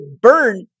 burn